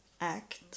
act